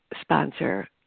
sponsor